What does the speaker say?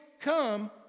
come